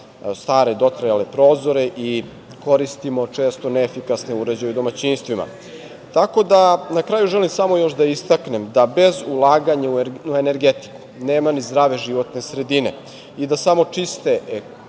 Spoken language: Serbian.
stare i dotrajale prozore i koristimo često neefikasne uređaje u domaćinstvima. Na kraju želim samo još da istaknem da bez ulaganja u energetiku nema ni zdrave životne sredine i da samo čiste ekologije